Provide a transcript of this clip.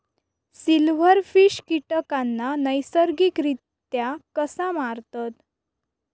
Silverfish कीटकांना नैसर्गिकरित्या कसा मारतत?